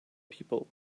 people